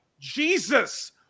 jesus